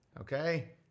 Okay